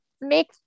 make